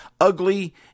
Ugly